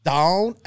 Down